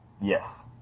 Yes